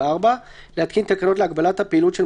היא הייתה הצעת חוק פרטית?